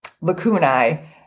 lacunae